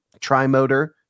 tri-motor